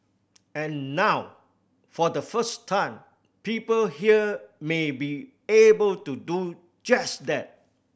and now for the first time people here may be able to do just that